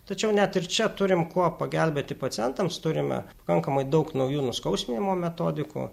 tačiau net ir čia turim kuo pagelbėti pacientams turime pakankamai daug naujų nuskausminimo metodikų